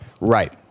Right